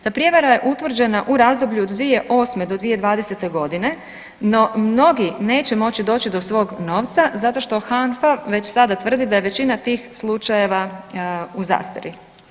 Ta prijevara je utvrđena u razdoblju od 2008. do 2020. godine no mnogi neće moći doći do svog novca zato što HANFA već sada tvrdi da je većina tih slučajeva u zastari.